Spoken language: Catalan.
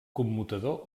commutador